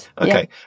okay